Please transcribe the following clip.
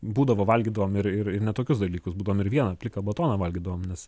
būdavo valgydavom ir ir ir ne tokius dalykus būdavom ir vieną pliką batoną valgydavom nes